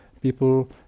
people